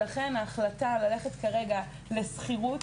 לכן ההחלטה ללכת כרגע לשכירות,